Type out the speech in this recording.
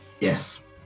Yes